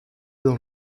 dans